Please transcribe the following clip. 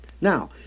Now